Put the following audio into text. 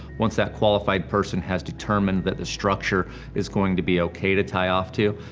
once that qualified person has determined that the structure is going to be ok to tie off to,